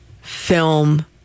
film